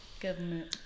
Government